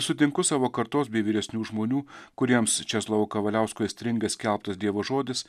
sutinku savo kartos bei vyresnių žmonių kuriems česlovo kavaliausko aistringai skelbtas dievo žodis